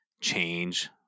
change